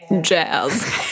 Jazz